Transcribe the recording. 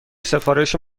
سفارش